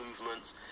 movements